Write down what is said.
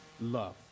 love